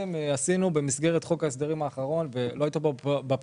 במסגרת חוק ההסדרים האחרון הגדרנו